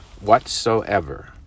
whatsoever